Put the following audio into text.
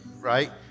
right